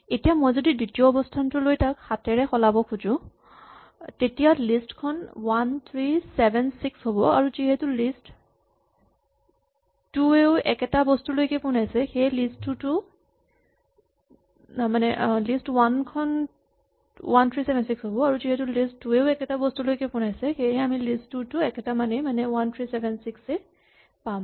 এতিয়া মই যদি দ্বিতীয় অৱস্হানটো লৈ তাক সাতেৰে সলাওঁ তেতিয়া লিষ্ট ৱান খন 1376 হ'ব আৰু যিহেতু লিষ্ট টু ৱেও একেটা বস্তুলৈকে পোনাইছে সেয়েহে আমি লিষ্ট টু টো একেটা মানেই মানে 1376 এই পাম